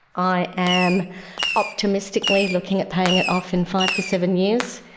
i am optimistically looking at paying it off in five to seven years.